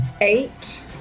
eight